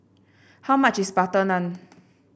how much is butter naan